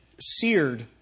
seared